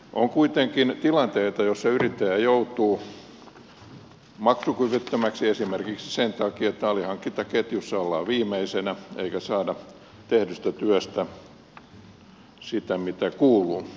on kuitenkin tilanteita joissa yrittäjä joutuu maksukyvyttömäksi esimerkiksi sen takia että alihankintaketjussa ollaan viimeisenä eikä saada tehdystä työstä sitä mitä kuuluu